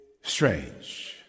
strange